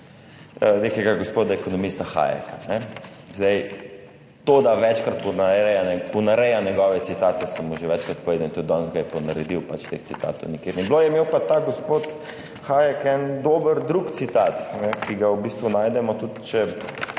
nekega gospoda ekonomista Hayeka. To, da večkrat ponareja njegove citate, sem že večkrat povedal, in tudi danes ga je ponaredil, pač teh citatov nikjer ni bilo. Je imel pa ta gospod Hayek en drug dober citat, ki ga v bistvu najdemo, tudi če